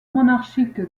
monarchique